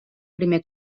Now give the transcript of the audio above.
primer